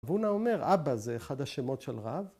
רב הונא אומר, אבא, זה אחד השמות של רב.